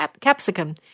capsicum